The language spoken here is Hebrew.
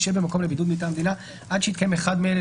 ישהה במקום לבידוד מטעם המדינה עד שיתקיים אחד מאלה,